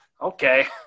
okay